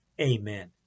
Amen